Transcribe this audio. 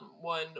one